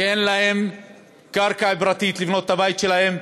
כשאין להם קרקע פרטית לבנות את הבית שלהם,